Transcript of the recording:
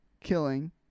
killing